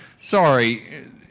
Sorry